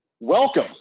Welcome